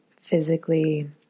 physically